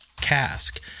cask